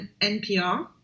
NPR